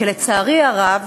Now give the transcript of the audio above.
כי, לצערי הרב,